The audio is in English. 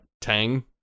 tang